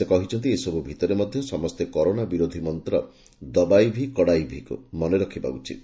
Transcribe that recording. ସେ କହିଛନ୍ତି ଏସବୁ ଭିତରେ ମଧ୍ଧ ସମସେ କରୋନା ବିରୋଧୀ ମନ୍ତ 'ଦବାଇ ଭି କଡ଼ାଇ ଭି'କୁ ମନେ ରଖିବା ଉଚିତ